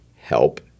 help